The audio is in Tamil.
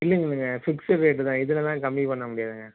இல்லைங்க இல்லைங்க ஃபிக்ஸ்சுடு ரேட்டு தான் இதுலெலாம் கம்மி பண்ண முடியாதுங்க